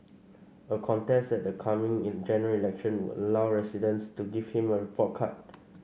a contest at the coming General Election would allow residents to give him a report card